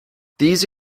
these